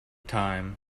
time